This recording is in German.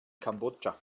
kambodscha